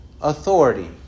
authority